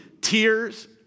tears